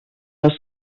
les